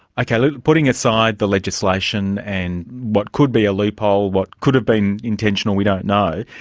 ah kind of putting aside the legislation and what could be a loophole, what could have been intentional, we don't know,